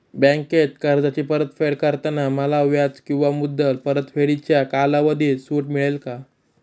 बँकेत कर्जाची परतफेड करताना मला व्याज किंवा मुद्दल परतफेडीच्या कालावधीत सूट मिळेल का?